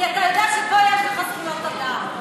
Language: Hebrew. כי אתה יודע שפה יש לך זכויות אדם,